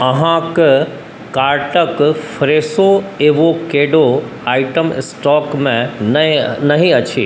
अहाँके कार्टक फ़्रेशो एवोकेडो आइटम स्टॉकमे नहि अछि